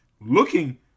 Looking